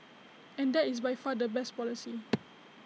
and that is by far the best policy